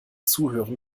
zuhören